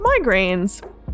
migraines